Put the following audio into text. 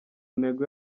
ntego